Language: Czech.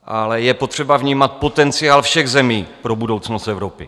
Ale je potřeba vnímat potenciál všech zemí pro budoucnost Evropy.